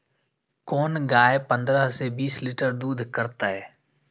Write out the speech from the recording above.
कोन गाय पंद्रह से बीस लीटर दूध करते?